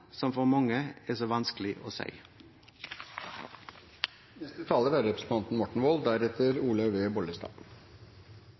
som for mange er så vanskelig å